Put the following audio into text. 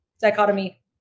dichotomy